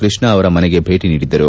ಕೃಷ್ಣಾ ಅವರ ಮನೆಗೆ ಭೇಟಿ ನೀಡಿದ್ದರು